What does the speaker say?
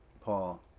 Paul